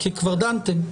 כי כבר דנתם.